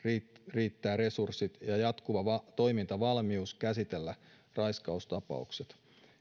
riittävät resurssit ja jatkuva toimintavalmius käsitellä raiskaustapaukset